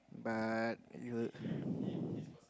but you